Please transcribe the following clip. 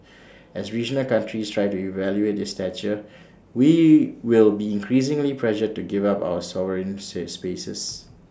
as regional countries try to elevate their stature we will be increasingly pressured to give up our sovereign's spaces